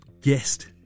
guest